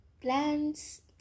plants